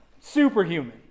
superhuman